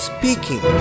Speaking